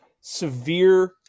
severe